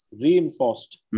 reinforced